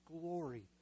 glory